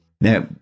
Now